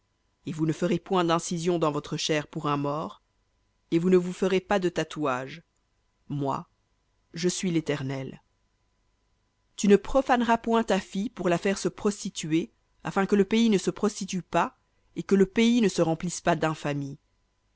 et vous ne ferez point d'incisions dans votre chair pour un mort et vous ne vous ferez pas de tatouages moi je suis léternel tu ne profaneras point ta fille pour la faire se prostituer afin que le pays ne se prostitue pas et que le pays ne se remplisse pas